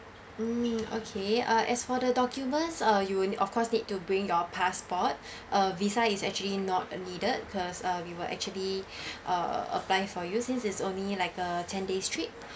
mm okay uh as for the documents are you would of course need to bring your passport uh visa is actually not uh needed because uh we will actually uh apply for you since it's only like a ten days trip